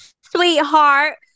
sweetheart